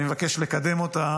אני מבקש לקדם אותה